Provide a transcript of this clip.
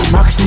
Max